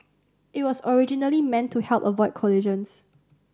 it was originally meant to help avoid collisions